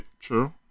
True